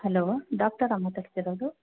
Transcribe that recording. hello ಡಾಕ್ಟರಾ ಮಾತಾಡ್ತಿರೋದು